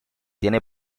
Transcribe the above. tiene